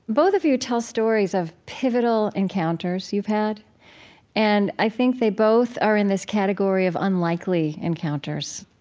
both of you tell stories of pivotal encounters you've had and i think they both are in this category of unlikely encounters,